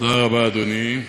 תודה רבה, אדוני.